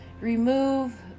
remove